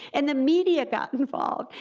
and the media got and involved,